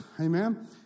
Amen